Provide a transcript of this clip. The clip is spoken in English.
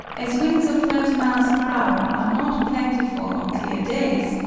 as winds of thirty miles per hour are not plentiful on clear days,